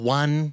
one